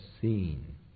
seen